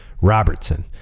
Robertson